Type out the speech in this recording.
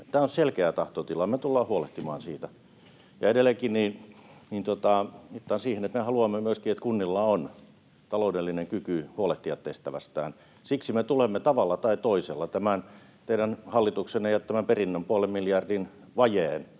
Tämä on selkeä tahtotila, me tullaan huolehtimaan siitä. Edelleenkin viittaan siihen, että me haluamme myöskin, että kunnilla on taloudellinen kyky huolehtia tehtävästään. Siksi me tulemme tavalla tai toisella tähän teidän hallituksenne jättämään perintöön — puolen miljardin vaje